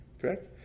Correct